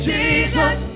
Jesus